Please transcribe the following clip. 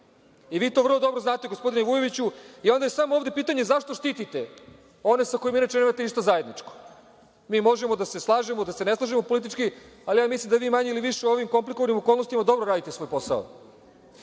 I vi to vrlo dobro znate, gospodine Vujoviću. Onda je samo ovde pitanje – zašto štitite one sa kojima inače nemate ništa zajedničko? Mi možemo da se slažemo, da se ne slažemo politički, ali mislim da vi manje ili više u ovim komplikovanim okolnostima dobro radite svoj posao,